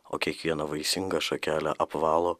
o kiekvieną vaisingą šakelę apvalo